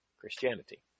Christianity